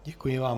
Děkuji vám.